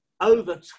over